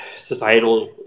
societal